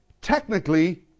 technically